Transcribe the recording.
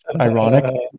ironic